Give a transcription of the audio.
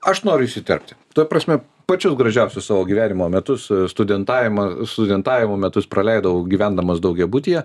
aš noriu įsiterpti ta prasme pačius gražiausius savo gyvenimo metus studentavimo studentavimo metus praleidau gyvendamas daugiabutyje